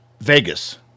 Vegas